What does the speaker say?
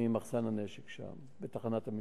ממחסן הנשק שם, בתחנת המשטרה.